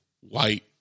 white